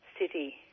city